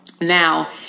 Now